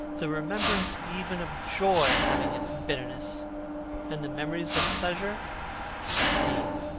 the remembrance even of joy having its bitterness and the memories of pleasure their pain.